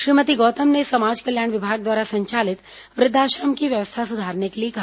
श्रीमती गौतम ने समाज कल्याण विभाग द्वारा संचालित वृद्धआश्रम की व्यवस्था सुधारने के लिए कहा